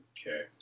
Okay